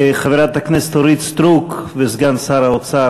חברת הכנסת אורית סטרוק וסגן שר האוצר,